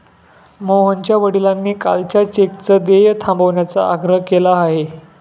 मोहनच्या वडिलांनी कालच्या चेकचं देय थांबवण्याचा आग्रह केला आहे